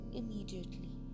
immediately